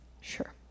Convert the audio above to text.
Sure